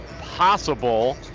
possible